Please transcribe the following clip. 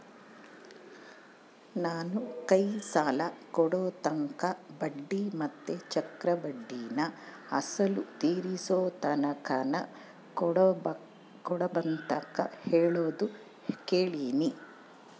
ನಾನು ಕೈ ಸಾಲ ಕೊಡೋರ್ತಾಕ ಬಡ್ಡಿ ಮತ್ತೆ ಚಕ್ರಬಡ್ಡಿನ ಅಸಲು ತೀರಿಸೋತಕನ ಕೊಡಬಕಂತ ಹೇಳೋದು ಕೇಳಿನಿ